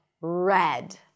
red